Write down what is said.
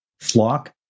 flock